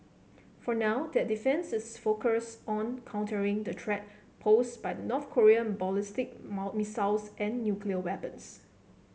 for now that defence is focused on countering the threat posed by North Korean ballistic missiles and nuclear weapons